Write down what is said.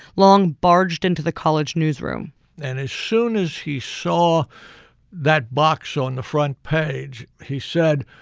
long barged into the college newsroom and as soon as he saw that box on the front page, he said,